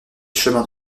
chemins